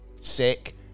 sick